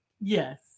Yes